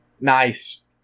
nice